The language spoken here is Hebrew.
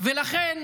לכן